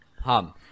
hum